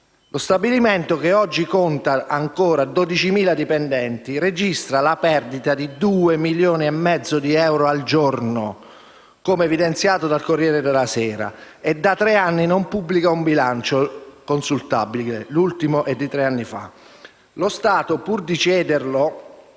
Lo stabilimento, che oggi conta ancora 12.000 dipendenti, registra una perdita di 2,5 milioni di euro al giorno (come evidenziato dal «Corriere della Sera») e da tre anni non pubblica un bilancio consultabile. L'ultimo è di tre anni fa. Lo Stato, pur di cederlo,